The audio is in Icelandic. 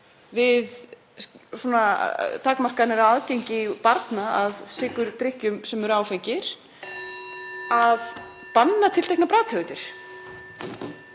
við takmarkanir á aðgengi barna að sykurdrykkjum sem eru áfengir, að banna tilteknar bragðtegundir.